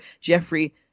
Jeffrey